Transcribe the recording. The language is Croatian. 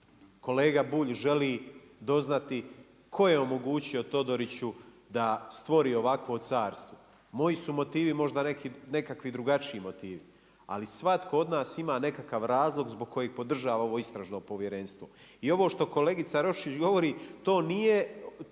Kolega Bulj želi doznati tko je omogućio Todoriću da stvori ovakvo carstvo. Moji su motivi možda nekakvi drugačiji motivi, ali svatko od nas ima nekakav razlog zbog kojeg podržava ovo istražno povjerenstvo. I ovo što kolegica Roščić govori to nije,